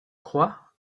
crois